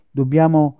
dobbiamo